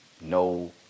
no